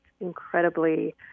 incredibly